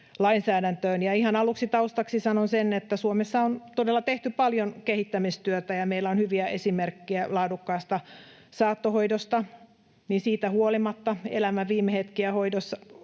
lainsäädäntöön. Ihan aluksi taustaksi sanon sen, että Suomessa on todella tehty paljon kehittämistyötä, ja meillä on hyviä esimerkkejä laadukkaasta saattohoidosta, mutta siitä huolimatta elämän viime hetken hoidossa